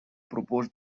proposed